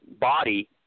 body